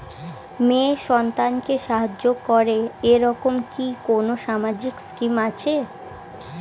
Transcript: মেয়ে সন্তানকে সাহায্য করে এরকম কি কোনো সামাজিক স্কিম আছে?